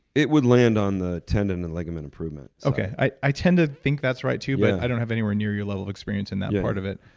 it would land on the tendon and ligament improvement. okay. i i tend to think that's right, too, but i don't have anywhere near your level of experience in that part of it.